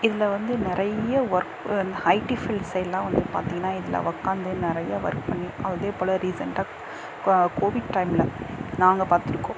இதில் வந்து நிறைய ஒர்க் ஐடி ஃபீல்ட் சைடுலாம் வந்து பார்த்தீங்கன்னா இதில் உக்காந்து நறைய ஒர்க் பண்ணி அதே போல ரீசெண்ட்டாக கோ கோவிட் டைமில் நாங்கள் பார்த்துருக்கோம்